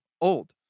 old